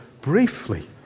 briefly